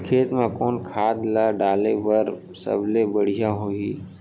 खेत म कोन खाद ला डाले बर सबले बढ़िया होही?